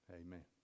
Amen